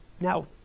Now